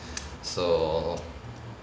so